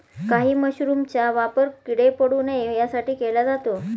काही मशरूमचा वापर किडे पडू नये यासाठी केला जातो